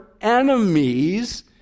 enemies